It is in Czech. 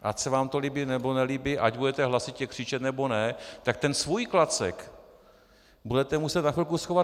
Ať se vám to líbí, nebo nelíbí, ať budete hlasitě křičet, nebo ne, tak ten svůj klacek budete muset na chvilku schovat.